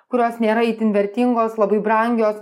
kurios nėra itin vertingos labai brangios